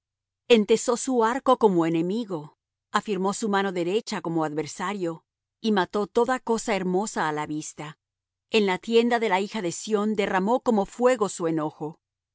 entesó su arco como enemigo afirmó su mano derecha como adversario y mató toda cosa hermosa á la vista en la tienda de la hija de sión derramó como fuego su enojo